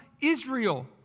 Israel